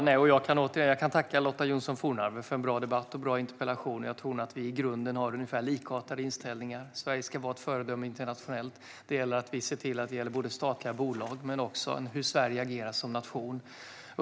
Herr talman! Jag tackar Lotta Johnsson Fornarve för en bra debatt och en bra interpellation. Jag tror nog att vi i grunden har en likartad inställning till det här. Sverige ska vara ett föredöme internationellt. Vi behöver se till att det gäller både statliga bolag och hur Sverige agerar som nation.